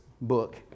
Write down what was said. book